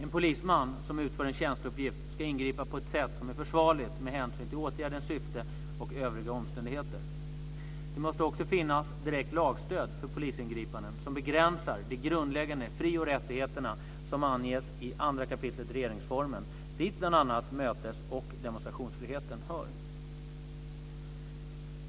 En polisman som utför en tjänsteuppgift ska ingripa på ett sätt som är försvarligt med hänsyn till åtgärdens syfte och övriga omständigheter. Det måste också finnas direkt lagstöd för polisingripanden som begränsar de grundläggande fri och rättigheterna som anges i 2 kap. regeringsformen, dit bl.a. mötesoch demonstrationsfriheten hör.